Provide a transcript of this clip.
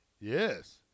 Yes